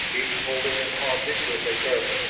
each holding an object with a barrel,